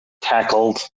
tackled